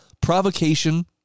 provocation